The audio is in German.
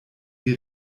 die